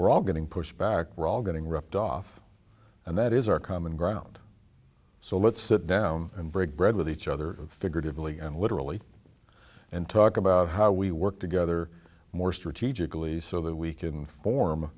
we're all getting pushback we're all getting ripped off and that is our common ground so let's sit down and break bread with each other figurative really and literally and talk about how we work together more strategically so that we can form